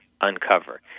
uncover